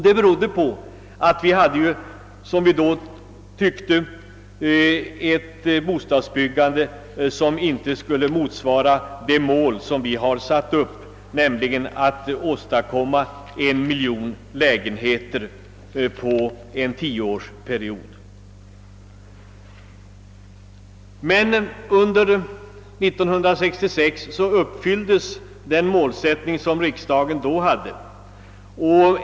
Det berodde på att vi då tyckte att vi hade ett bostadsbyggande, som inte motsvarade det mål som vi hade satt upp, nämligen att åstadkomma en miljon lägenheter under en tioårsperiod. Under 1966 uppfylldes den målsättning som riksdagen då hade uppsatt.